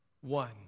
one